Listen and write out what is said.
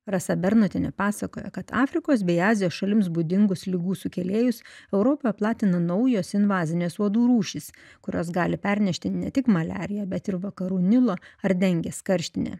rasa bernotienė pasakoj kad afrikos bei azijos šalims būdingus ligų sukėlėjus europoje praplatina naujos invazinės uodų rūšys kurios gali pernešti ne tik maliariją bet ir vakarų nilo ar dengės karštinę